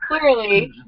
clearly